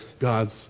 God's